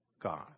God